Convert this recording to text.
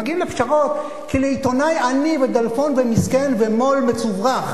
מגיעים לפשרות כי עיתונאי עני ודלפון ומסכן ומו"ל מצוברח